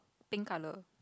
pink color